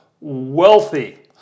wealthy